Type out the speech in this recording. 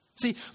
See